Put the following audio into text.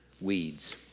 Weeds